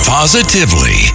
Positively